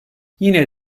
yine